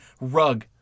rug